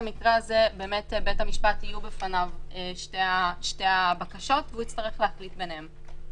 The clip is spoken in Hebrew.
במקרה הזה יהיו בפני בית המשפט שתי הבקשות והוא יצטרך להחליט ביניהן.